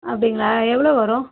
அப்படிங்களா எவ்வளோ வரும்